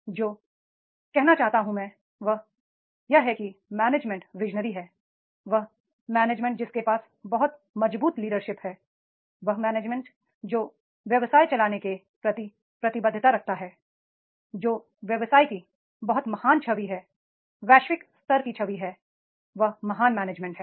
मैं जो कहना चाहता हूं वह मैनेजमेंट विजनरी है वह मैनेजमेंट जिसके पास बहुत मजबूत लीडरशिप स्टाइल्स है वह मैनेजमेंट जो व्यवसाय चलाने के प्रति प्रतिबद्धता रखता है जो व्यवसाय की बहुत महान छवि है वैश्विक स्तर की छवि रखता है वह महान मैनेजमेंट है